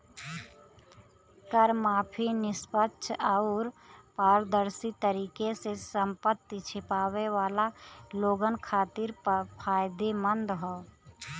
कर माफी निष्पक्ष आउर पारदर्शी तरीके से संपत्ति छिपावे वाला लोगन खातिर फायदेमंद हौ